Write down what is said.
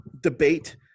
debate